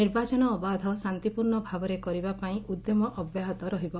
ନିର୍ବାଚନ ଅବାଧ ଶାନ୍ତିପ୍ରର୍ଣ୍ଣ ଭାବରେ କରିବା ପାଇଁ ଉଦ୍ୟମ ଅବ୍ୟାହତ ରହିବ